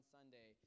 Sunday